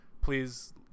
please